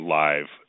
live